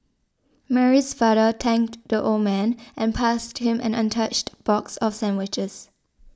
Mary's father thanked the old man and passed him an untouched box of sandwiches